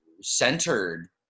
centered